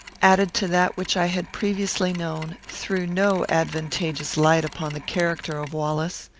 added to that which i had previously known, threw no advantageous light upon the character of wallace.